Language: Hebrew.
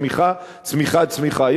צמיחה-צמיחה-צמיחה,